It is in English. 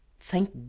Thank